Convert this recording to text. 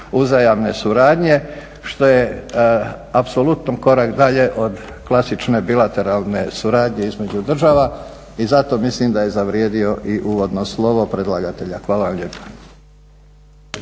uzajamne suradnje što je apsolutno korak dalje od klasične bilateralne suradnje između država i zato mislim da je zavrijedio i uvodno slovo predlagatelja. Hvala vam lijepa.